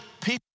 people